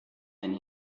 and